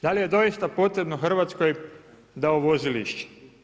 Da li je doista potrebno Hrvatskoj da uvozi lišće.